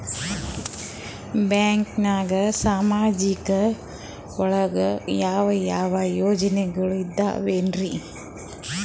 ಬ್ಯಾಂಕ್ನಾಗ ಸಾಮಾಜಿಕ ಒಳಗ ಯಾವ ಯಾವ ಯೋಜನೆಗಳಿದ್ದಾವ್ರಿ?